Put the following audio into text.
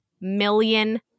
million